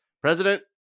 president